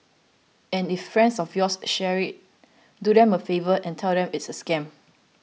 and if friends of yours share it do them a favour and tell them it's a scam